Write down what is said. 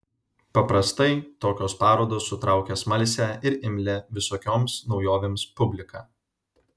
paprastai tokios parodos sutraukia smalsią ir imlią visokioms naujovėms publiką